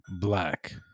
Black